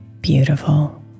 beautiful